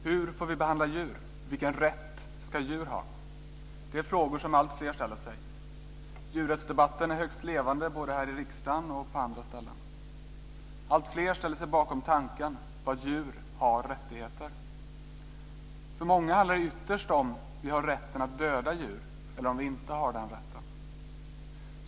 Fru talman! Hur får vi behandla djur? Vilken rätt ska djur ha? Det är frågor som alltfler ställer sig. Djurrättsdebatten är högst levande, både här i riksdagen och på andra ställen. Alltfler ställer sig bakom tanken att djur har rättigheter. För många handlar det ytterst om huruvida vi har rätten att döda djur eller inte.